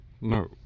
no